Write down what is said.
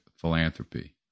philanthropy